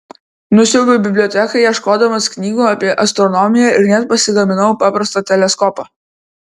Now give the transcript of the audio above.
nusiaubiau biblioteką ieškodamas knygų apie astronomiją ir net pasigaminau paprastą teleskopą